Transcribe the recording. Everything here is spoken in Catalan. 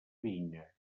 vinya